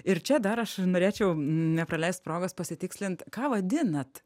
ir čia dar aš norėčiau nepraleist progos pasitikslint ką vadinat